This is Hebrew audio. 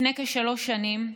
לפני כשלוש שנים,